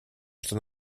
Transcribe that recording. что